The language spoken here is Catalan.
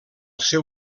seu